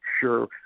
sure